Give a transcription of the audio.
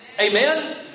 Amen